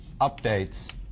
updates